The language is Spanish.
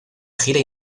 gira